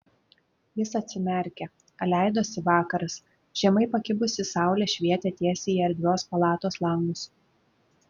jis atsimerkė leidosi vakaras žemai pakibusi saulė švietė tiesiai į erdvios palatos langus